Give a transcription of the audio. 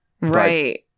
Right